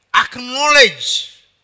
acknowledge